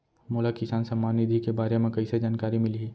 मोला किसान सम्मान निधि के बारे म कइसे जानकारी मिलही?